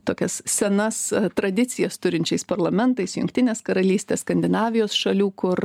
tokias senas tradicijas turinčiais parlamentais jungtinės karalystės skandinavijos šalių kur